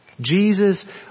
Jesus